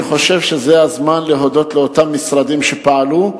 אני חושב שזה הזמן להודות לאותם משרדים שפעלו,